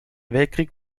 weltkrieg